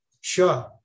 Sure